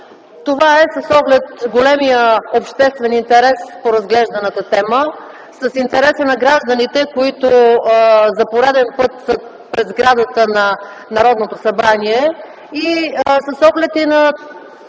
Това е с оглед големия обществен интерес по разглежданата тема. С интересът на гражданите, които за пореден път са пред сградата на Народното събрание, и с оглед и на